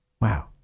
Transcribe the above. Wow